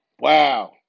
Wow